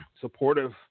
supportive